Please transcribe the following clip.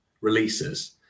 releases